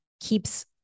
keeps